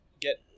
Get